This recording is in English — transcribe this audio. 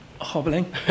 hobbling